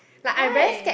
why